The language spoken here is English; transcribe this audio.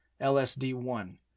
LSD-1